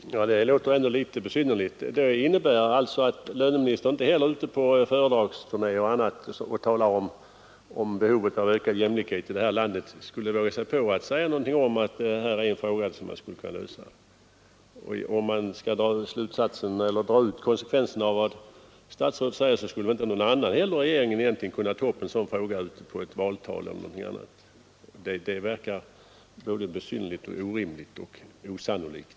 Herr talman! Det låter ändå litet besynnerligt. Det innebär alltså att löneministern inte heller när han är ute på föredragsturneér och talar om behovet av ökad jämlikhet i det här landet skulle våga sig på att antyda någonting om att detta är en fråga som skulle kunna lösas. Om man drog ut konsekvensen av vad statsrådet säger skulle väl inte någon annan heller i regeringen kunna ta upp en sådan här fråga i ett valtal e. d. Det verkar besynnerligt, orimligt och osannolikt.